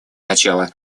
начало